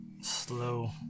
slow